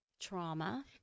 trauma